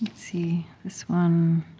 see. this one